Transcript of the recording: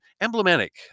emblematic